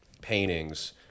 paintings